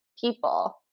people